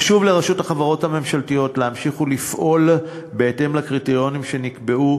חשוב לרשות החברות הממשלתיות להמשיך ולפעול בהתאם לקריטריונים שנקבעו,